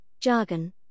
jargon